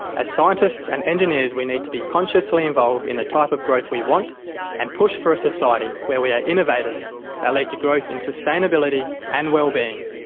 as scientists and engineers we need to be consciously involved in the type of growth we want and push for a society where we are innovators that lead to growth in sustainability and wellbeing.